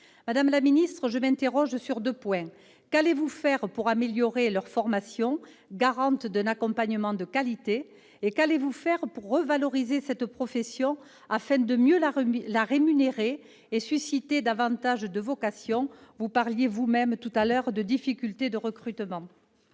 Madame la ministre, je m'interroge sur deux points : qu'allez-vous faire pour améliorer leur formation, garante d'un accompagnement de qualité, et qu'allez-vous faire pour revaloriser cette profession afin de mieux la rémunérer et de susciter davantage de vocations- vous parliez vous-même voilà quelques instants de difficultés de recrutement